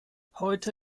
heute